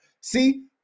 See